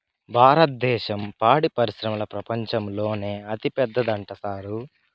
భారద్దేశం పాడి పరిశ్రమల ప్రపంచంలోనే అతిపెద్దదంట సారూ